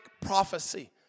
prophecy